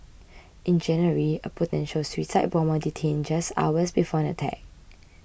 in January a potential suicide bomber detained just hours before an attack